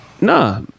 Nah